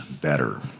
better